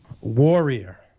Warrior